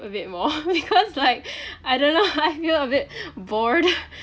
a bit more because like I don't know I feel a bit bored